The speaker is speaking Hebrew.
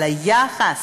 אבל היחס.